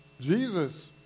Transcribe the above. Jesus